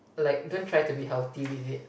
like don't try to be healthy with it